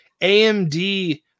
AMD